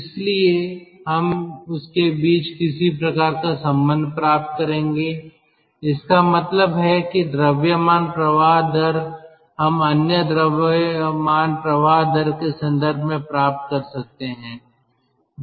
इसलिए हम उसके बीच किसी प्रकार का संबंध प्राप्त करेंगे इसका मतलब है एक द्रव्यमान प्रवाह दर हम अन्य द्रव्यमान प्रवाह दर के संदर्भ में प्राप्त कर सकते हैं